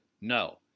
No